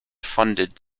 funded